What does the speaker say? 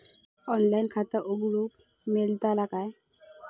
Online खाता उघडूक मेलतला काय?